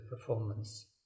performance